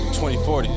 2040